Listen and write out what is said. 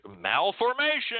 Malformation